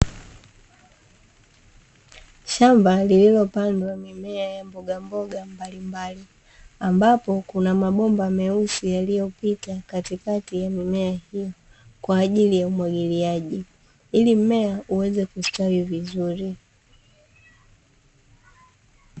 Shamba lililopandwa mimea ya mbogamboga mbalimbali ambapo kuna mabomba meusi yaliopita katikati ya mimea hiyo, kwaajili ya umwagiliaji ili mmea uweze kustawi vizuri.